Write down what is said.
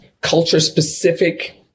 culture-specific